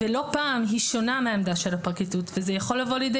לא פעם היא שונה מהעמדה של הפרקליטות וזה יכול לבוא לידי